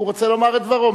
הוא רוצה לומר את דברו.